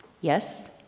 Yes